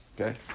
Okay